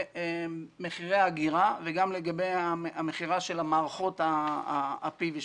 מחירי אגירה וגם לגבי המכירה של המערכות ה-פי.וי.